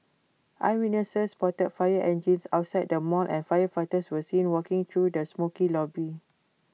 eyewitnesses spotted fire engines outside the mall and firefighters were seen walking through the smokey lobby